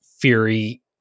Fury